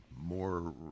more